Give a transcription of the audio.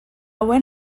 buen